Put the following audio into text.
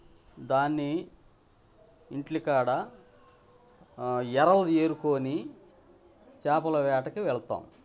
దాన్ని ఇంటి కాడ ఎరలు ఏరుకోని చాపల వేటకి వెళ్తాం